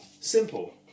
simple